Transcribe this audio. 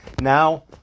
now